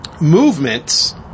movements